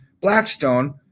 Blackstone